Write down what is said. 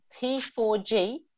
P4G